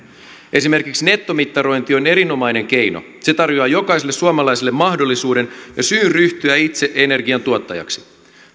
esimerkiksi nettomittarointi on erinomainen keino se tarjoaa jokaiselle suomalaiselle mahdollisuuden ja syyn ryhtyä itse energiantuottajaksi